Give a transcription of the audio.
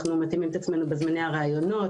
אנחנו מתאימים את עצמנו בזמני הראיונות,